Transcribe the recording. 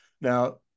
Now